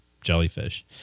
jellyfish